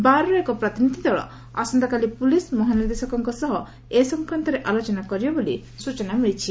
ବାରର୍ ଏକ ପ୍ରତିନିଧି ଦଳ ଆସନ୍ତାକାଲି ପୁଲିସ ମହାନିର୍ଦ୍ଦେଶକଙ୍କ ସହ ଏ ସଂକ୍ରାନ୍ତରେ ଆଲୋଚନା କରିବେ ବୋଲି ସ୍ଚନା ମିଳିଛି